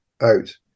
out